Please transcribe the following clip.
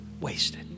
wasted